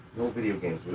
no video games. we